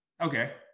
okay